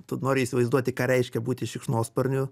tu nori įsivaizduoti ką reiškia būti šikšnosparniu